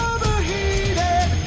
Overheated